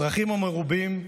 הצרכים מרובים,